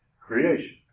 Creation